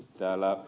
täällä ed